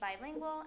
bilingual